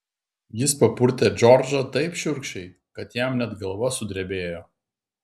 jis papurtė džordžą taip šiurkščiai kad jam net galva sudrebėjo